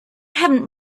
haven’t